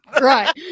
Right